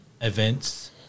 events